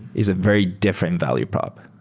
is it very different value product?